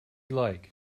like